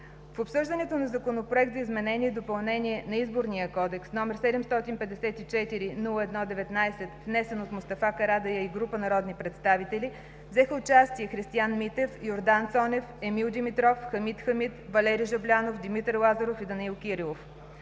В обсъждането на Законопроекта за изменение и допълнение на Изборния кодекс, №754-01-19, внесен от Мустафа Карадайъ и група народни представители, взеха участие Христиан Митев, Йордан Цонев, Емил Димитров, Хамид Хамид, Валери Жаблянов, Димитър Лазаров и Данаил Кирилов.